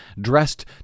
dressed